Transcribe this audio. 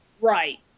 Right